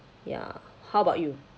ya how about you